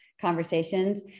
conversations